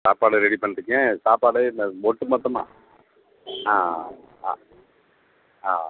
சாப்பாடு ரெடி பண்ணிட்டுங்க சாப்பாடு இந்த ஒட்டு மொத்தமாக ஆ ஆ ஆ